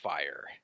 Fire